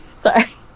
Sorry